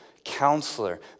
Counselor